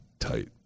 tight